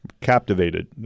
Captivated